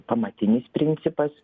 pamatinis principas